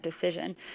decision